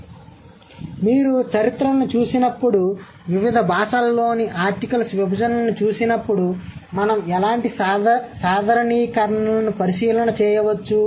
కాబట్టి మీరు చరిత్రను చూసినప్పుడు వివిధ భాషల్లోని ఆర్టికల్స్ విభజనను చూసినప్పుడు మనం ఎలాంటి సాధారణీకరణలను పరిశీలన చేయవచ్చు